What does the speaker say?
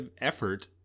effort